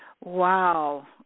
Wow